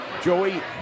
joey